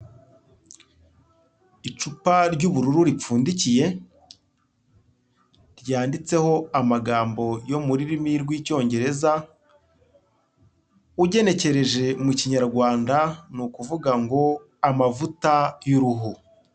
Icupa ry'ubururu ripfundikiye, ryanditseho amagambo yo mu rurimi rw'icyongereza ugenekereje mu kinyarwanda ni ukuvuga ngo amavuta y'uruhu.